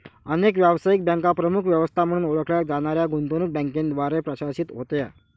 अनेक व्यावसायिक बँका प्रमुख व्यवस्था म्हणून ओळखल्या जाणाऱ्या गुंतवणूक बँकांद्वारे प्रशासित होत्या